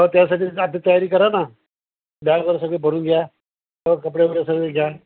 हो त्यासाठी साध तयारी करा ना ब्याग सगळे भरून घ्या कपडे वगैरे सगळे घ्या